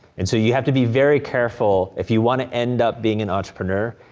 and so you have to be very careful, if you wanna end up being an entrepreneur,